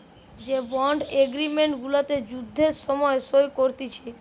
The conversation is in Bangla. যে বন্ড এগ্রিমেন্ট গুলা যুদ্ধের সময় সই করতিছে